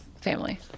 family